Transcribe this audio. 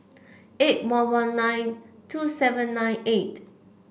eight one one nine two seven nine eight